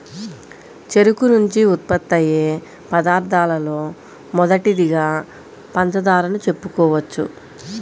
చెరుకు నుంచి ఉత్పత్తయ్యే పదార్థాలలో మొదటిదిగా పంచదారను చెప్పుకోవచ్చు